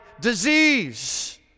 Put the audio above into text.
disease